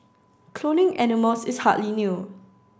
cloning animals is hardly new